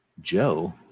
Joe